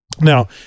Now